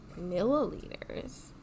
Milliliters